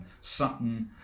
Sutton